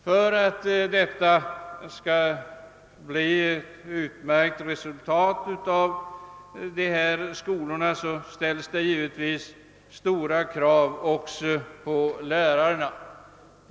För att dessa skolor skall kunna ge goda resultat ställs det givetvis höga krav också på lärarna.